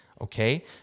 okay